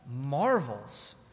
marvels